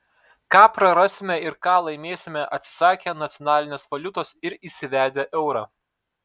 ką prarasime ir ką laimėsime atsisakę nacionalinės valiutos ir įsivedę eurą